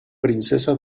princesa